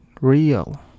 real